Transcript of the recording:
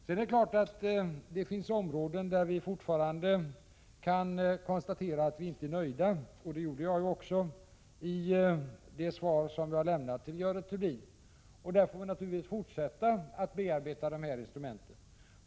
Det är klart att det finns områden där man fortfarande kan konstatera att man inte är nöjd — jag har också konstaterat det i svaret som jag lämnat till Görel Thurdin. Där får man naturligtvis fortsätta att bearbeta dessa instrument.